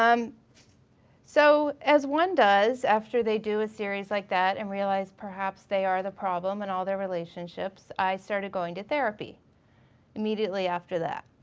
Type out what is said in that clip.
um so as one does after they do a series like that and realize perhaps they are the problem in all their relationships, i started going to therapy immediately after that.